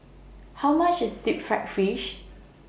How much IS Deep Fried Fish